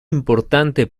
importante